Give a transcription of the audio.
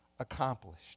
accomplished